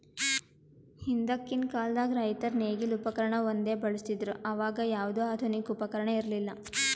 ಹಿಂದಕ್ಕಿನ್ ಕಾಲದಾಗ್ ರೈತರ್ ನೇಗಿಲ್ ಉಪಕರ್ಣ ಒಂದೇ ಬಳಸ್ತಿದ್ರು ಅವಾಗ ಯಾವ್ದು ಆಧುನಿಕ್ ಉಪಕರ್ಣ ಇರ್ಲಿಲ್ಲಾ